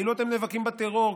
כאילו אתם נאבקים בטרור,